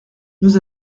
nous